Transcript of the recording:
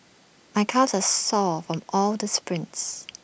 my calves are sore from all the sprints